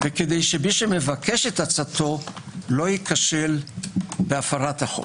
וכדי שמי שמבקש את עצתו לא ייכשל בהפרת החוק.